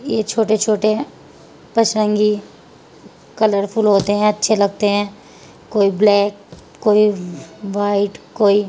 یہ چھوٹے چھوٹے پچرنگی کلر فل ہوتے ہیں اچھے لگتے ہیں کوئی بلیک کوئی وائٹ کوئی